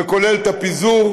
זה כולל את הפיזור,